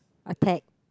attack